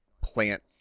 plant